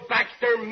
Baxter